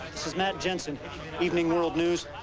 this is matt jensen evening world news,